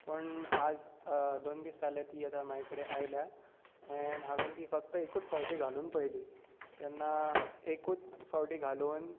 पूण आज दोन दीस जाले ती आतां म्हाजे कडेन आयल्या एन हांवें ती फक्त एकूच फावटी घालून पळयली तेन्ना एकूच फावटी घालून